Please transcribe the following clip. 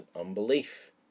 unbelief